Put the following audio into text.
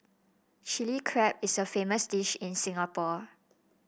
Chilli Crab is a famous dish in Singapore